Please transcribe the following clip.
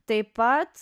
taip pat